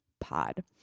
Pod